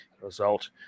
result